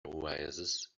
oasis